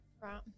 Right